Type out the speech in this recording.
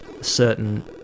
certain